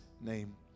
name